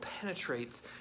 penetrates